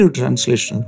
translation